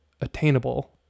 attainable